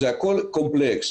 זה הכל קומפלקס,